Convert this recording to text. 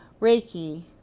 Reiki